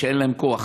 שאין להם כוח.